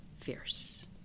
fierce